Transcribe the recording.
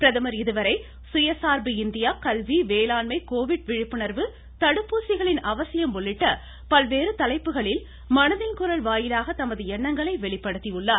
பிரதமர் இதுவரை சுய சார்பு இந்தியா கல்வி வேளாண்மை கோவிட் விழிப்புணா்வு தடுப்பூசிகளின் அவசியம் உள்ளிட்ட பல்வேறு தலைப்புகளில் மனதின் குரல் வாயிலாக தமது எண்ணங்களை வெளிப்படுத்தியுள்ளார்